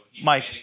Mike